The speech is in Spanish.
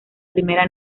primera